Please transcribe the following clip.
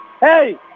Hey